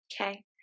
Okay